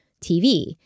TV